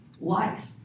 life